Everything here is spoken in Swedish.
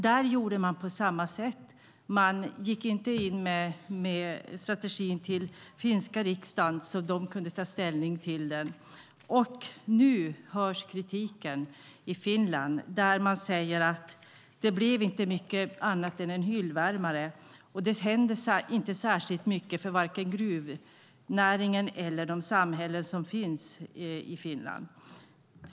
Där gjorde man på samma sätt: Man gick inte till finska riksdagen med strategin, så att de kunde ta ställning till den. Nu hörs kritiken i Finland. Man säger att det inte blev mycket annat än en hyllvärmare och att det inte händer särskilt mycket för vare sig gruvnäringen eller de samhällen som finns i Finland.